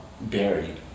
buried